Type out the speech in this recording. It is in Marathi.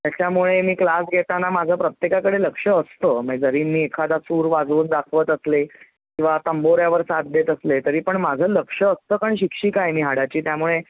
त्याच्यामुळे मी क्लास घेताना माझं प्रत्येकाकडे लक्ष असतं म्हणजे जरी मी एखादा सूर वाजवून दाखवत असले किंवा तंबोऱ्यावर साथ देत असले तरी पण माझं लक्ष असतं कारण शिक्षिका आहे मी हाडाची त्यामुळे